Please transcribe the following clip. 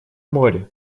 море